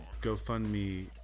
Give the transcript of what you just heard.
GoFundMe